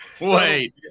Wait